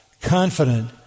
Confident